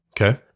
Okay